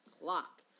clock